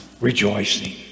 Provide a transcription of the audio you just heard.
rejoicing